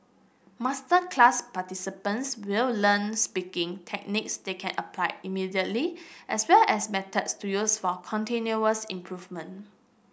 masterclass participants will learn speaking techniques they can apply immediately as well as methods to use for continuous improvement